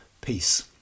Peace